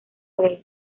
rey